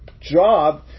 job